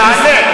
תענה.